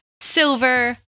silver